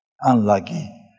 unlucky